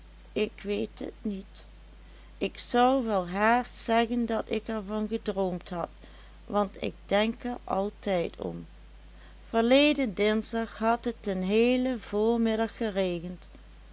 ik weet et niet ik zou wel haast zeggen dat ik er van gedroomd had want ik denk er altijd om verleden dinsdag had et den heelen voormiddag geregend